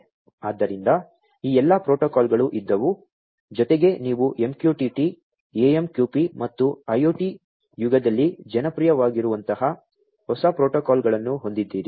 ಆದ್ದರಿಂದ ಈ ಎಲ್ಲಾ ಪ್ರೋಟೋಕಾಲ್ಗಳು ಇದ್ದವು ಜೊತೆಗೆ ನೀವು MQTT AMQP ಮತ್ತು IOT ಯುಗದಲ್ಲಿ ಜನಪ್ರಿಯವಾಗಿರುವಂತಹ ಹೊಸ ಪ್ರೋಟೋಕಾಲ್ಗಳನ್ನು ಹೊಂದಿದ್ದೀರಿ